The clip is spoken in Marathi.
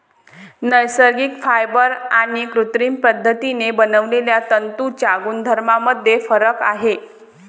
नैसर्गिक फायबर आणि कृत्रिम पद्धतीने बनवलेल्या तंतूंच्या गुणधर्मांमध्ये फरक आहे